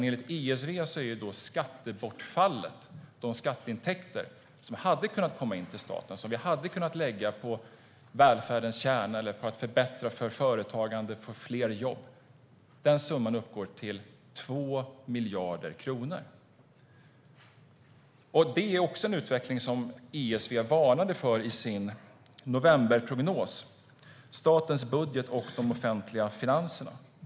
Enligt ESV är skattebortfallet, alltså de skatteintäkter som hade kunnat komma in till staten och som vi hade kunnat lägga på välfärdens kärna eller på att förbättra för företagandet för att få fler jobb, 2 miljarder kronor. Detta är en utveckling som ESV varnade för i sin novemberprognos över statens budget och de offentliga finanserna.